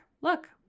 look